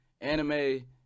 anime